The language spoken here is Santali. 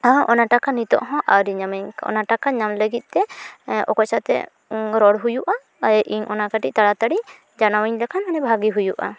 ᱚᱱᱟ ᱴᱟᱠᱟ ᱱᱤᱛᱚᱜᱦᱚᱸ ᱟᱹᱣᱨᱤ ᱧᱟᱢᱟᱹᱧ ᱚᱱᱟ ᱴᱟᱠᱟ ᱧᱟᱢ ᱞᱟᱹᱜᱤᱫᱛᱮ ᱚᱠᱚᱭ ᱥᱟᱛᱮ ᱨᱚᱲ ᱦᱩᱭᱩᱜᱼᱟ ᱤᱧ ᱚᱱᱟ ᱠᱟᱹᱴᱤᱡ ᱛᱟᱲᱟᱛᱟᱹᱲᱤ ᱡᱟᱱᱟᱣᱤᱧ ᱞᱮᱠᱦᱟᱱ ᱟᱹᱰᱤ ᱵᱷᱟᱜᱮ ᱦᱩᱭᱩᱜᱼᱟ